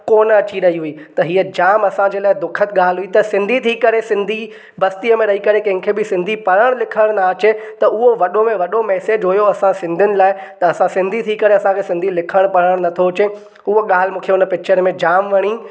कोन अची रही हुई त हीअ जामु असांजे लाइ दुखद ॻाल्हि हुई त सिंधी थी करे सिंधी बस्तीअ मे रही करे कंहिंखे बि सिंधी पढ़णु लिखणु न अचे त उहो वॾे में वॾो मेसेज हुयो असां सिंधियुनि लाइ त असां सिंधी थी करे असांखे सिंधी लिखणु पढ़णु नथो अचे उहा ॻाल्हि मूंखे हुन पिक्चर में जामु वणी